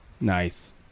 Nice